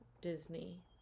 Disney